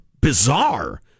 bizarre